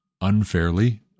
unfairly